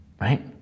right